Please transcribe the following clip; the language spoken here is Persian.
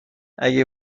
اگه